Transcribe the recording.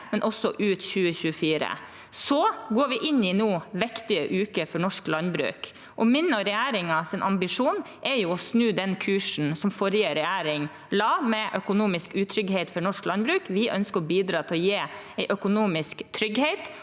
men også ut 2024. Vi går nå inn i viktige uker for norsk landbruk. Min og regjeringens ambisjon er å snu den kursen som forrige regjering la med økonomisk utrygghet for norsk landbruk. Vi ønsker å bidra til å gi økonomisk trygghet,